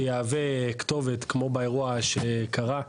שיהווה כתובת, כמו באירוע שקרה.